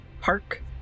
park